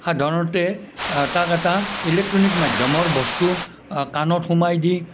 সাধাৰণতে তাক এটা ইলেকট্ৰনিক মাধ্য়মৰ বস্তু কাণত সোমাই দি